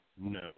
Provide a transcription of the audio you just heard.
no